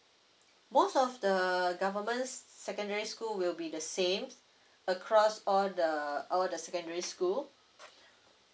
most of the the government's secondary school will be the same across all the all the secondary school